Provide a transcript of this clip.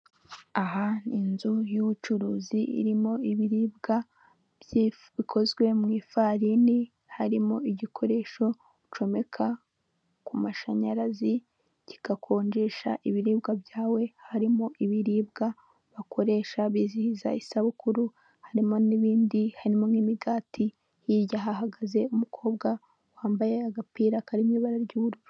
Aha ni inzu y'ubucuruzi irimo ibiribwa byinshi bikozwe mu ifarini harimo igikoresho ucomeka ku mashanyarazi kigakonjesha ibiribwa byawe harimo ibiribwa bakoresha bizihiza isabukuru harimo n'ibindi harimo n'imigati hirya hahagaze umukobwa wambaye agapira karimo ibara ry'ubururu.